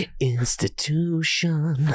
institution